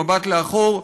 במבט לאחור,